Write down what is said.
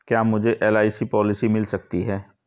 क्या मुझे LIC policy मिल सकती है?